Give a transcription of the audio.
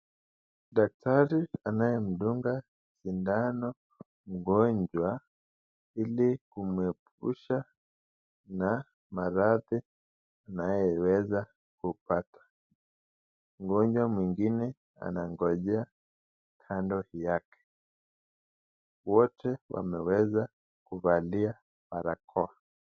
Daktari anayemdunga sindano ili kumhepusha na maradhi inayoweza kumpata, Mgonjwa mwingine anangojea kando yake. Wote wameweza kuvalia barakoa.